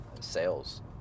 sales